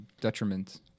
detriment